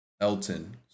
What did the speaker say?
Elton